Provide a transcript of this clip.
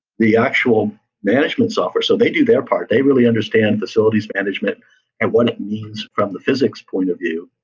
the actual management software so they do their part. they really understand facilities management and what it means from the physics point of view.